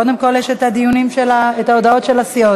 קודם כול יש ההודעות של הסיעות.